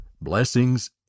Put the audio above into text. Blessings